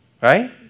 Right